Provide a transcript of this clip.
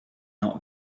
not